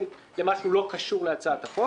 זה משהו שלא קשור להצעת החוק